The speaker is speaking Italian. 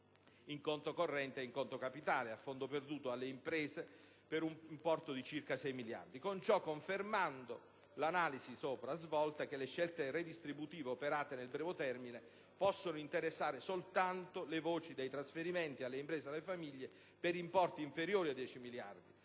in conto corrente ed in conto capitale a fondo perduto alle imprese, per un importo di circa 6 miliardi. Con ciò confermando l'analisi sopra svolta che le scelte redistributive operate nel breve termine possono interessare soltanto le voci dei trasferimenti alle imprese ed alle famiglie per importi inferiori ai 10 miliardi